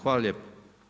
Hvala lijepo.